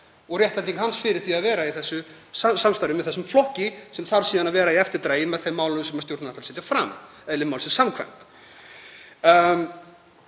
og réttlæting fyrir því að vera í samstarfi með þessum flokki sem þarf síðan að vera í eftirdragi með þeim málum sem stjórnin ætti að setja fram, eðli málsins samkvæmt.